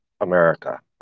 America